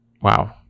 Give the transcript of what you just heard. Wow